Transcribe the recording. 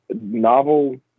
novel